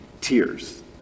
tears